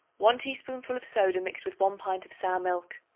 one teaspoonful of soda mixed with one pint of sour milk.